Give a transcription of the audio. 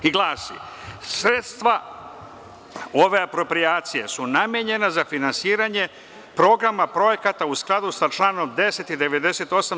Ono glasi – sredstva ove aproprijacije su namenjena za finansiranje programa projekata u skladu sa čl. 10. i 98.